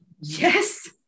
Yes